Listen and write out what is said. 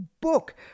book